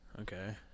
Okay